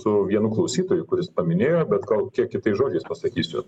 su vienu klausytoju kuris paminėjo bet gal kiek kitais žodžiais pasakysiu